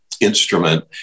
instrument